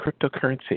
cryptocurrency